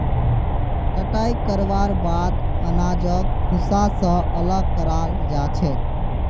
कटाई करवार बाद अनाजक भूसा स अलग कराल जा छेक